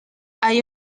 hay